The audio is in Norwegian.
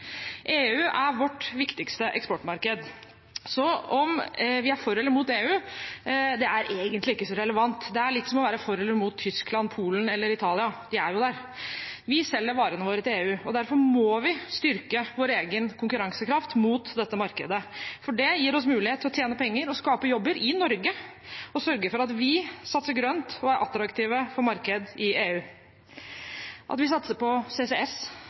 EU er vårt viktigste eksportmarked, så om vi er for eller mot EU, er egentlig ikke så relevant. Det er litt som å være for eller mot Tyskland, Polen eller Italia – de er jo der. Vi selger varene våre til EU, derfor må vi styrke vår egen konkurransekraft mot dette markedet, for det gir oss mulighet til å tjene penger og skape jobber i Norge og sørge for at vi satser grønt og er attraktive for marked i EU. Det at vi satser på CCS,